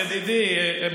ידידי,